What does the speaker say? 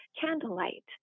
candlelight